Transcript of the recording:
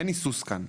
אין היסוס כאן.